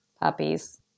Puppies